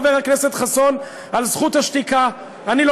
חברת הכנסת לבני אומרת שאני צודק על 1999. זה כבר חצי דרך.